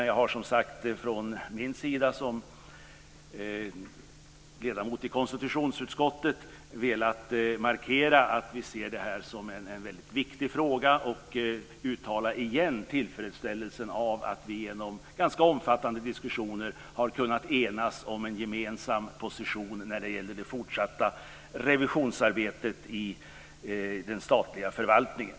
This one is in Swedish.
Jag har, som sagt, från min sida som ledamot i konstitutionsutskottet velat markera att vi ser det här som en väldigt viktig fråga och återigen uttala tillfredsställelsen över att vi genom ganska omfattande diskussioner har kunnat enas om en gemensam position när det gäller det fortsatta revisionsarbetet i den statliga förvaltningen.